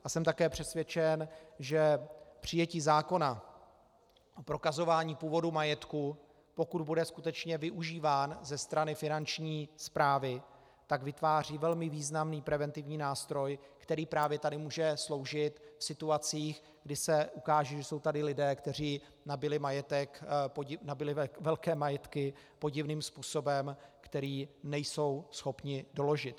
A jsem také přesvědčen, že přijetí zákona o prokazování původu majetku, pokud bude skutečně využíván ze strany Finanční správy, vytváří velmi významný preventivní nástroj, který právě tady může sloužit v situacích, kdy se ukáže, že jsou tady lidé, kteří nabyli velké majetky podivným způsobem, který nejsou schopni doložit.